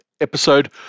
episode